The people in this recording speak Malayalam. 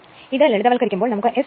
ഇത് ലളിതവത്കരിക്കുമ്പോൾ നമുക്ക് Smax0